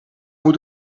moet